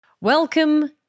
Welcome